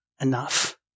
enough